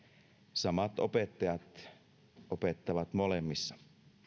samat opettajat opettavat molemmissa